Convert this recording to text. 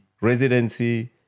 residency